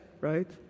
right